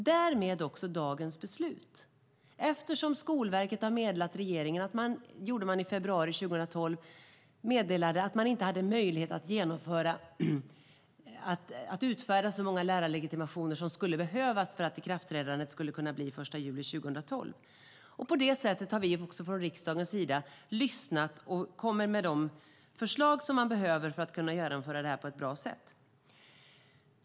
Därav dagens beslut som är ett resultat av att Skolverket i februari 2012 meddelade att man inte hade möjlighet att utfärda så många lärarlegitimationer som behövdes för att ikraftträdandet skulle kunna bli den 1 juli 2012. Från riksdagens sida har vi lyssnat och kommit med de förslag som behövs för att kunna genomföra detta på ett bra sätt.